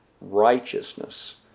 righteousness